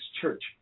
church